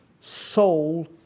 soul